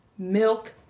Milk